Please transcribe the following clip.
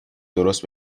درست